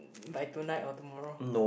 by tonight or tomorrow